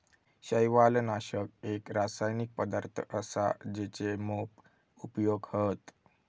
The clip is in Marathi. शैवालनाशक एक रासायनिक पदार्थ असा जेचे मोप उपयोग हत